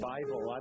Bible